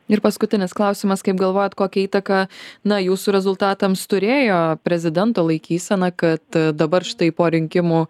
ir paskutinis klausimas kaip galvojat kokią įtaką jūsų rezultatams turėjo prezidento laikysena kad dabar štai po rinkimų